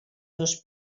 dos